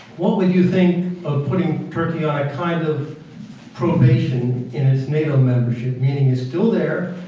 what do ah you think of putting turkey on a kind of probation in its nato membership, meaning it's still there,